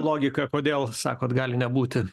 logika kodėl sakot gali nebūti